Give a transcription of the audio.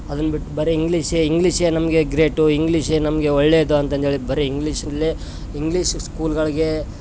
ಅದನ್ನು ಬಿಟ್ಟು ಬರೀ ಇಂಗ್ಲಿಷೇ ಇಂಗ್ಲಿಷೇ ನಮಗೆ ಗ್ರೇಟು ಇಂಗ್ಲಿಷೇ ನಮಗೆ ಒಲ್ಲೆಯದು ಅಂತಂದು ಹೇಳಿ ಬರೀ ಇಂಗ್ಲಿಷ್ ಅಲ್ಲೇ ಇಂಗ್ಲಿಷ್ ಸ್ಕೂಲ್ಗಳಿಗೆ